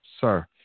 Sir